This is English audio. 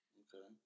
okay